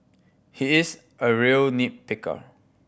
he is a real nit picker